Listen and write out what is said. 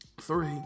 three